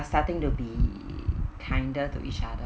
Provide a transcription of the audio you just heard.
are starting to be kinder to each other